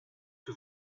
que